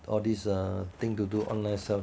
all these uh thing to do online sell